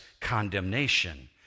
condemnation